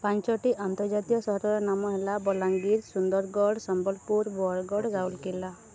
ପାଞ୍ଚଟି ଆନ୍ତର୍ଜାତୀୟ ସହରର ନାମ ହେଲା ବଲାଙ୍ଗୀର ସୁନ୍ଦରଗଡ଼ ସମ୍ବଲପୁର ବରଗଡ଼ ରାଉରକେଲା